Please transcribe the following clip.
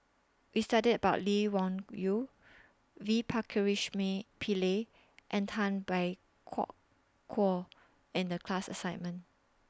We studied about Lee Wung Yew V Pakirisamy Pillai and Tay Bak Koi in The class assignment